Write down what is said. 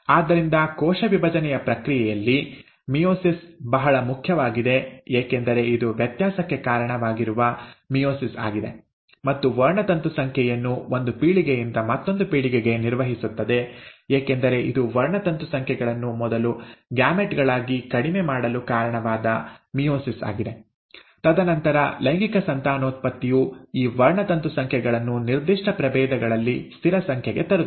ಆದ್ದರಿಂದ ಕೋಶ ವಿಭಜನೆಯ ಪ್ರಕ್ರಿಯೆಯಲ್ಲಿ ಮಿಯೋಸಿಸ್ ಬಹಳ ಮುಖ್ಯವಾಗಿದೆ ಏಕೆಂದರೆ ಇದು ವ್ಯತ್ಯಾಸಕ್ಕೆ ಕಾರಣವಾಗಿರುವ ಮಿಯೋಸಿಸ್ ಆಗಿದೆ ಮತ್ತು ವರ್ಣತಂತು ಸಂಖ್ಯೆಯನ್ನು ಒಂದು ಪೀಳಿಗೆಯಿಂದ ಮತ್ತೊಂದು ಪೀಳಿಗೆಗೆ ನಿರ್ವಹಿಸುತ್ತದೆ ಏಕೆಂದರೆ ಇದು ವರ್ಣತಂತು ಸಂಖ್ಯೆಗಳನ್ನು ಮೊದಲು ಗ್ಯಾಮೆಟ್ ಗಳಾಗಿ ಕಡಿಮೆ ಮಾಡಲು ಕಾರಣವಾದ ಮಿಯೋಸಿಸ್ ಆಗಿದೆ ತದನಂತರ ಲೈಂಗಿಕ ಸಂತಾನೋತ್ಪತ್ತಿಯು ಈ ವರ್ಣತಂತು ಸಂಖ್ಯೆಗಳನ್ನು ನಿರ್ದಿಷ್ಟ ಪ್ರಭೇದಗಳಲ್ಲಿ ಸ್ಥಿರ ಸಂಖ್ಯೆಗೆ ತರುತ್ತದೆ